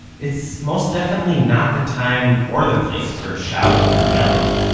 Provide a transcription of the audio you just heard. it's most definitely not the time or the place for shouting and yelling.